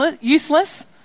useless